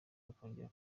bakongera